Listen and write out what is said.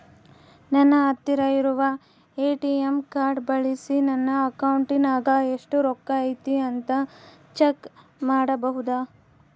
ನನ್ನ ಹತ್ತಿರ ಇರುವ ಎ.ಟಿ.ಎಂ ಕಾರ್ಡ್ ಬಳಿಸಿ ನನ್ನ ಅಕೌಂಟಿನಾಗ ಎಷ್ಟು ರೊಕ್ಕ ಐತಿ ಅಂತಾ ಚೆಕ್ ಮಾಡಬಹುದಾ?